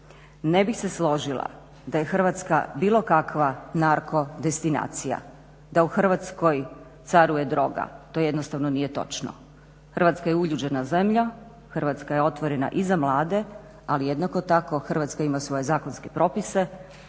Ne bih se složila da je Hrvatska bilo kakva narko destinacija, da u Hrvatskoj caruje droga. To jednostavno nije točno. Hrvatska je uljuđena zemlja, Hrvatska je otvorena i za mlade, ali jednako tako Hrvatska ima svoje zakonske propise